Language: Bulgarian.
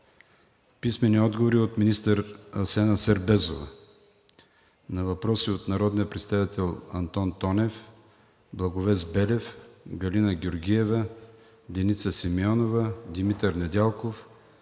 Филип Попов; - министър Асена Сербезова на въпроси от народните представители: Антон Тонев; Благовест Белев; Галина Георгиева; Деница Симеонова; Димитър Недялков;